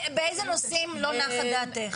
באיזה נושאים לא נחה דעתך?